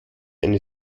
eine